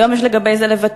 היום יש לגבי זה לבטים.